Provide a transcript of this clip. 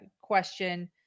question